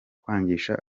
kwangisha